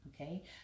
Okay